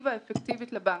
אלטרנטיבה אפקטיבית לבנקים.